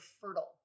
fertile